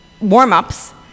warm-ups